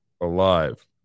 alive